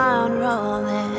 rolling